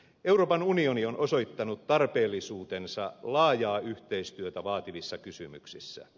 euroopan unioni on osoittanut tarpeellisuutensa laajaa yhteistyötä vaativissa kysymyksissä